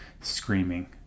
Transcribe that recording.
screaming